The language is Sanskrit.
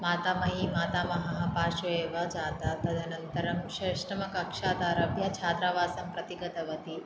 मातामही मातामहः पार्श्वे एव जाता तदन्तरं षष्ठमकक्षादारभ्य छात्रावासं प्रतिगतवती